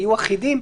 יהיו אחידים,